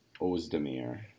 Ozdemir